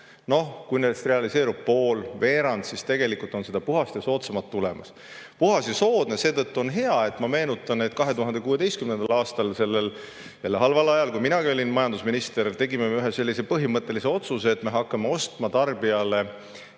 Noh, kui nendest realiseerub pool, veerand, siis tegelikult on seda puhast ja soodsamat [energiat] tulemas. Ma meenutan, et 2016. aastal, sellel halval ajal, kui minagi olin majandusminister, tegime me ühe sellise põhimõttelise otsuse, et me hakkame tulevikus ostma tarbijale